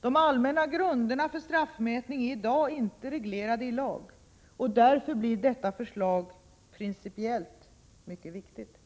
De allmänna grunderna för straffmätningen är i dag inte reglerad i lag. Därför blir detta förslag principiellt mycket viktigt.